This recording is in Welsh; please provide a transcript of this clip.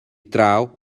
draw